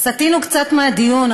אז סטינו קצת מהדיון.